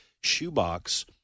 Shoebox